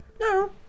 no